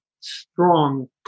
strong